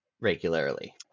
regularly